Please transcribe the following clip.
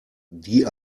die